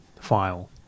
file